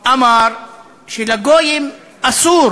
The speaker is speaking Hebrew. אמר שלגויים אסור